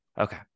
Okay